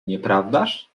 nieprawdaż